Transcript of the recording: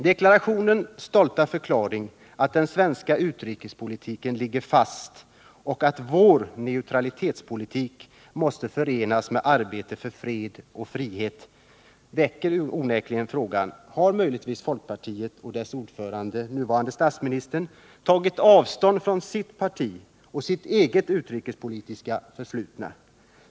Deklarationens stolta förklaring, att den svenska utrikespolitiken ligger fast och att ”vår” neutralitetspolitik måste förenas med arbete för fred och frihet, väcker onekligen frågan: Har möjligtvis folkpartiet och dess ordförande, nuvarande statsministern, tagit avstånd från sitt partis och sitt eget utrikespolitiska förflutna?